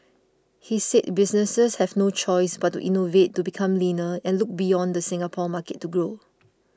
he said businesses have no choice but to innovate to become leaner and look beyond the Singapore market to grow